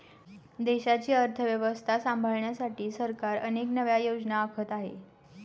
देशाची अर्थव्यवस्था सांभाळण्यासाठी सरकार अनेक नव्या योजना आखत आहे